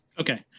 Okay